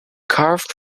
carved